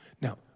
Now